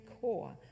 core